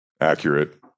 Accurate